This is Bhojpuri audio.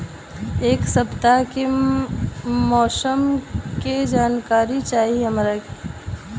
एक सपताह के मौसम के जनाकरी चाही हमरा